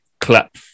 clap